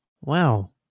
Wow